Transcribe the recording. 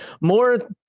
more